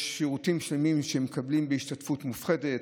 יש שירותים שלמים שהם מקבלים בהשתתפות מופחתת,